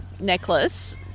necklace